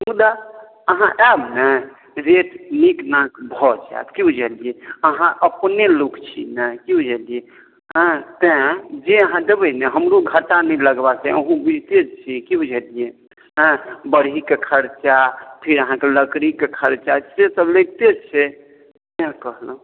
मुदा अहाँ आएब ने तऽ रेट नीक अहाँकेँ भऽ जायत की बुझलियै अहाँ अपने लोक छी ने की बुझलियै हँ तैँ जे अहाँ देबै ने हमरो घटा नहि लगबाक चाही अहूँ बुझिते छी की बुझलियै आँय बढ़हीके खर्चा फेर अहाँकेँ लकड़ीके खर्चा से सभ लगिते छै तैँ कहलहुँ